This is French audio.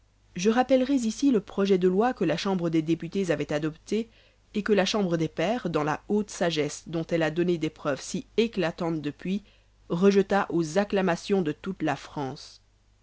je rappellerais ici le projet de loi que la chambre des députés avait adopté et que la chambre des pairs dans la haute sagesse dont elle a donné des preuves si éclatantes depuis rejeta aux acclamations de toute la france